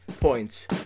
points